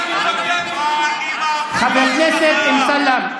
חבר הכנסת אמסלם,